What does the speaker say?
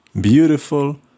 beautiful